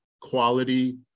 quality